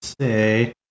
say